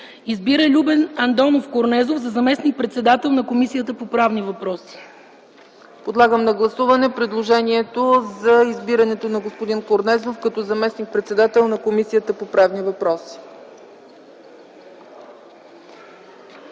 Избира Любен Андонов Корнезов за заместник-председател на Комисията по правни въпроси.” ПРЕДСЕДАТЕЛ ЦЕЦКА ЦАЧЕВА: Подлагам на гласуване предложението за избирането на господин Корнезов като заместник-председател на Комисията по правни въпроси.